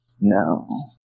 No